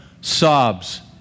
Sobs